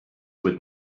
with